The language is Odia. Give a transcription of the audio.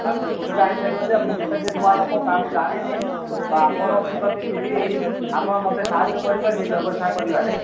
ଆଚ୍ଛା ସୁବିଧା ହୋଇପାରିବ ଯେ ମୁଁ ତ ସେଠି ନୂଆ ଲୋକ କାହାକୁ ଜାଣିନି ତ ଆପଣ ମୁଁ ଯଦି ଯିବି ଆପଣ ମୋତେ ସାହାଯ୍ୟ କରିବେ କି ବ୍ୟବସାୟ କରିବାରେ